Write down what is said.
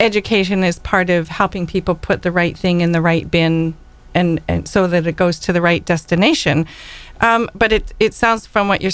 education is part of helping people put the right thing in the right bin and so that it goes to the right destination but it sounds from what you're